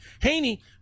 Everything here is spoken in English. Haney